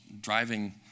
driving